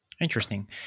Interesting